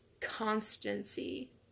constancy